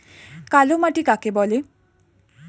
কালোমাটি কাকে বলে?